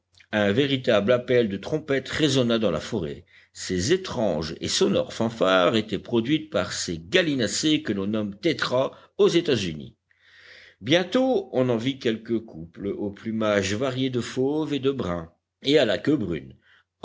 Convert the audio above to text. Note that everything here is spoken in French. un véritable appel de trompette résonna dans la forêt ces étranges et sonores fanfares étaient produites par ces gallinacés que l'on nomme tétras aux états-unis bientôt on en vit quelques couples au plumage varié de fauve et de brun et à la queue brune